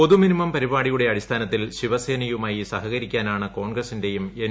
പൊതു മിനിമം പരിപാടിയുടെ അടിസ്ഥാനത്തിൽ ശിവസേനയുമായി സഹകരിക്കാനാണ് കോൺഗ്രസിന്റെയും എൻ